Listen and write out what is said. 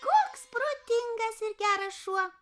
koks protingas ir geras šuo